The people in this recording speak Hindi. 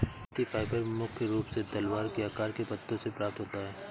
पत्ती फाइबर मुख्य रूप से तलवार के आकार के पत्तों से प्राप्त होता है